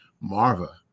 Marva